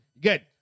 Good